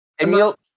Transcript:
Emil